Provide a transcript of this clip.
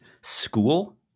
school